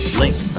link,